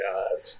God